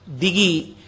digi